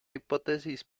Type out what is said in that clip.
hipótesis